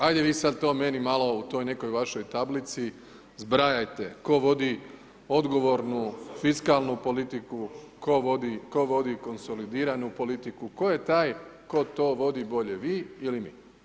Ajde vi sada to meni malo u toj nekoj vašoj tablici zbrajajte, tko vodi odgovornu fiskalnu politiku, tko vodi konsolidiranu politiku, tko je taj tko to vodi bolje vi ili mi?